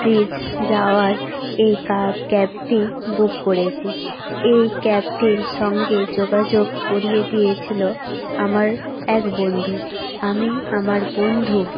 bridge যাওয়ার এই ক্যাবটি বুক করেছি এই ক্যাবটির সঙ্গে যোগাযোগ করিয়ে দিয়েছিলো আমার এক বন্ধু আমি আমার বন্ধু